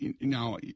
now